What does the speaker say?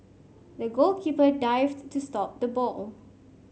the goalkeeper dived to stop the ball